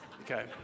Okay